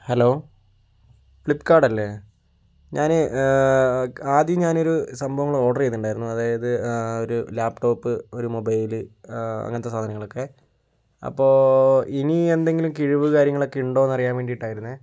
hello ഫ്ലിപ്പ്കാർട്ടല്ലേ ഞാൻ ആദ്യം ഞാനൊരു സംഭവങ്ങൾ ഓർഡർ ചെയ്തിട്ടുണ്ടായിരുന്നു അതായത് ഒരു ലാപ്ടോപ്പ് ഒരു മൊബൈൽ അങ്ങനത്തെ സാധനങ്ങളൊക്കെ അപ്പോൾ ഇനി എന്തെങ്കിലും കിഴിവ് കാര്യങ്ങളൊക്കെ ഉണ്ടോന്നറിയാൻ വേണ്ടിയിട്ടായിരുന്നേ